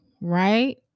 right